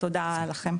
תודה לכם.